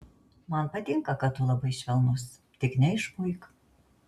man patinka kad tu labai švelnus tik neišpuik